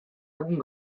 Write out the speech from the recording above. egun